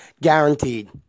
Guaranteed